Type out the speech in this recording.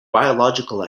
biological